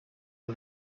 are